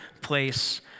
place